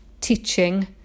teaching